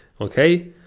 Okay